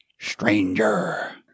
stranger